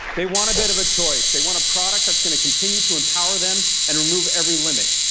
they want a bit of a choice. they want a product that's gonna continue to empower them and remove every limit.